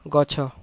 ଗଛ